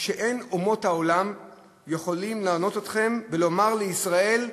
שאין אומות העולם יכולים לענות אתכם ולומר לישראל,